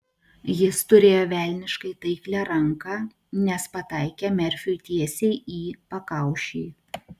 jis turėjo velniškai taiklią ranką nes pataikė merfiui tiesiai į pakaušį